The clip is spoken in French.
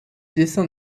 dessin